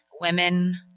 women